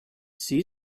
see